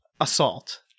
assault